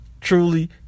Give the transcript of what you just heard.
truly